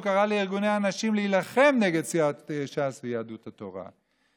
הוא קרא לארגוני הנשים להילחם נגד סיעות ש"ס ויהדות התורה.